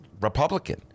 Republican